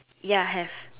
ya have